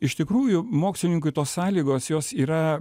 iš tikrųjų mokslininkui tos sąlygos jos yra